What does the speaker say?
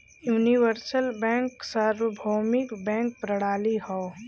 universal bank सार्वभौमिक bank प्रणाली हौ